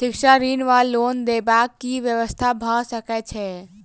शिक्षा ऋण वा लोन देबाक की व्यवस्था भऽ सकै छै?